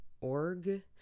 org